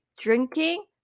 drinking